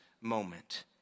moment